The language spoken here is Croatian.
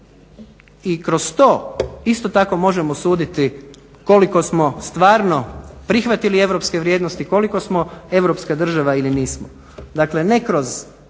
I kroz to isto tako možemo suditi koliko smo stvarno prihvatili europske vrijednosti, koliko smo europska država ili nismo.